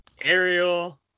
Ariel